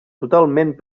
totalment